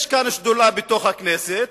יש כאן שדולה בתוך הכנסת